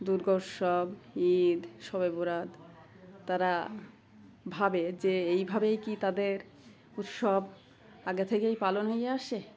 দুর্গোৎসব Eid Shab-e-Barat তারা ভাবে যে এইভাবেই কি তাদের উৎসব আগে থেকেই পালন হয়ে আসে